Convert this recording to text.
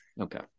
Okay